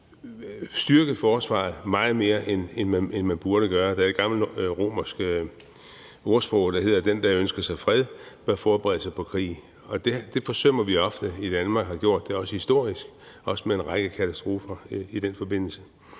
styrket forsvaret så meget, som man burde gøre. Der er et gammelt romersk ordsprog, der hedder, at den, der ønsker sig fred, bør forberede sig på krig, og det forsømmer vi ofte i Danmark og har gjort det også historisk, også med en række katastrofer i den forbindelse.